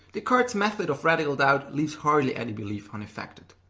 descartes's method of radical doubt leaves hardly any belief unaffected.